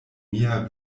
mia